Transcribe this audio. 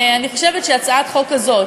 אני חושבת שהצעת חוק כזאת,